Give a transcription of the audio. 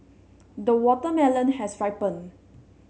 the watermelon has ripened